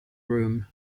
room